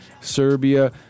Serbia